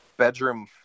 Bedroom